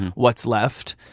what's left?